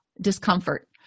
discomfort